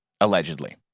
allegedly